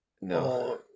No